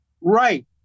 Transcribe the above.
right